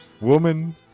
Woman